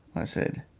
i said.